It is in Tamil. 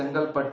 செங்கல் ட்டு